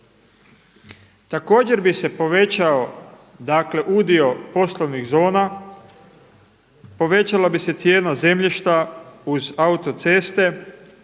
Također bi se povećao dakle udio poslovnih zona, povećala bi se cijena zemljišta uz autoceste